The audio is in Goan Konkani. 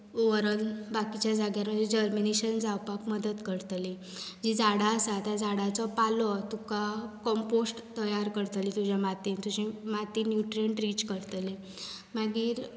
ओवरऑल बाकीच्या जाग्यार आनी जर्मिनेशन जावपाक मदत करतली जीं झाडां आसात त्या झाडांचो पालो तुका कंपोश्ट तयार करतलीं तुज्या मातयेंत तुज्या मातयेंत न्युट्रियेंट रीच करतले मागीर